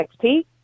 XP